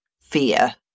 fear